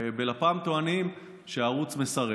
בלפ"מ טוענים שהערוץ מסרב.